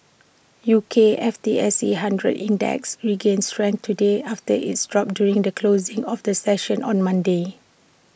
U K's F T S E hundred index regained strength today after its drop during the closing of the session on Monday